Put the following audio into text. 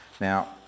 Now